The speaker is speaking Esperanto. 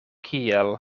kiel